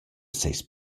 seis